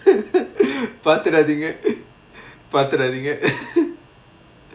பாத்துறாதீங்க பாத்துறாதீங்க:paathuraathinga paathuraathinga